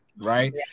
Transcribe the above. right